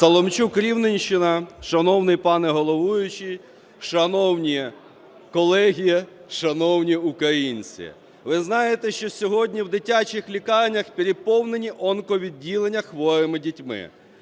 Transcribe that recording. Соломчук, Рівненщина. Шановний пане головуючий! Шановні колеги! Шановні українці! Ви знаєте, що сьогодні в дитячих лікарнях переповнені онковідділення хворими дітьми?